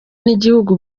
n’igihugu